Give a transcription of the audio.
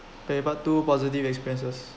paper two positive experiences